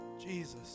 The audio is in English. Jesus